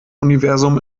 universum